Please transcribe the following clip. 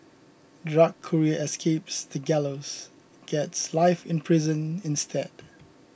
drug courier escapes the gallows gets life in prison instead